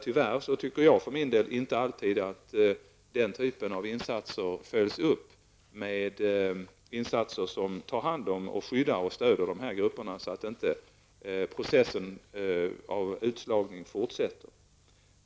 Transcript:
Tyvärr följs sådana åtgärder inte alltid upp med insatser för att ta hand om, skydda och stödja dessa grupper, så att utslagningsprocessen inte fortsätter.